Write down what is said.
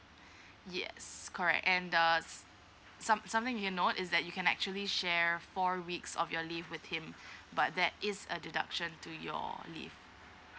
yes correct and there's some something you know is that you can actually share four weeks of your leave with him but that is a deduction to your leave